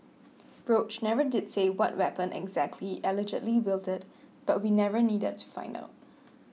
roach never did say what weapon exactly allegedly wielded but we never needed to find out